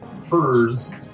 furs